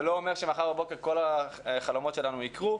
זה לא אומר שמחר בבוקר כל החלומות שלנו יקרו,